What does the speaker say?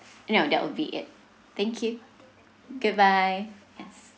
no that will be it thank you goodbye yes